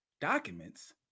documents